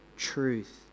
truth